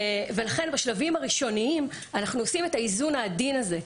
ולכן בשלבים הראשוניים אנחנו עושים את האיזון העדין הזה,